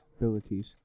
abilities